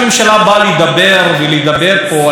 לפחות שתהיה ישיבה אחת,